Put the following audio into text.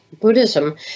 Buddhism